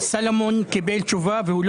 אני מוריד את ההתייעצות הסיעתית ואני